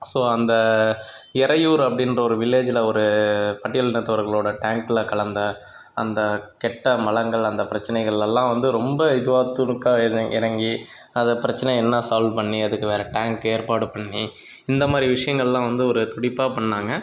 so அந்த எறையூர் அப்படின்ற ஒரு வில்லேஜில் ஒரு பட்டியில் இனத்தவர்களோடய டேங்கில் கலந்த அந்த கெட்ட மலங்கள் அந்த பிரச்சினைகள் எல்லாம் வந்து ரொம்ப இதுவாக துணுக்காக எற இறங்கி அதை பிரச்சினையென்னா சால்வ் பண்ணி அதுக்கு வேற டேங்க் ஏற்பாடு பண்ணி இந்தமாதிரி விஷயங்கள்லாம் வந்து ஒரு துடிப்பாக பண்ணிணாங்க